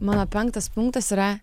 mano penktas punktas yra